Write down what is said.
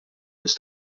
nies